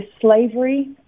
slavery